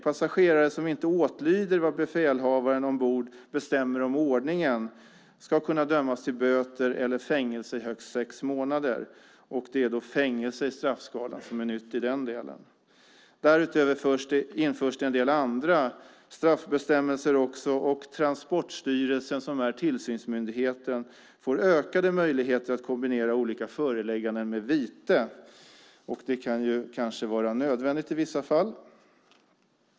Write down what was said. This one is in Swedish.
Passagerare som inte åtlyder vad befälhavaren ombord bestämmer om ordningen ska kunna dömas till böter eller fängelse i högst sex månader. Det är fängelse i straffskalan som är nytt i den delen. Därutöver införs även en del andra straffbestämmelser, och Transportstyrelsen som är tillsynsmyndigheten får ökade möjligheter att kombinera olika förelägganden med vite. Det kan kanske vara nödvändigt i vissa fall.